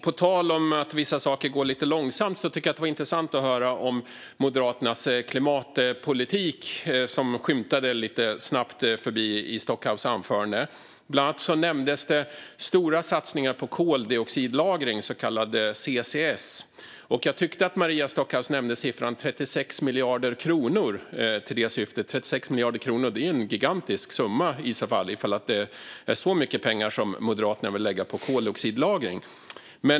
På tal om att vissa saker går lite långsamt var det intressant att höra om Moderaternas klimatpolitik, som snabbt skymtade förbi i Stockhaus anförande. Bland annat nämndes stora satsningar på koldioxidlagring, så kallad CCS. Jag tyckte att Maria Stockhaus nämnde siffran 36 miljarder kronor till det syftet. 36 miljarder kronor är en gigantisk summa, ifall det är så mycket pengar Moderaterna vill lägga på koldioxidlagring.